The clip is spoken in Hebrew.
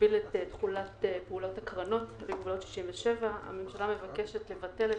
שמגביל את תחולת פעולת הקרנות לגבולות 1967. הממשלה מבקשת לבטל את